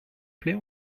plait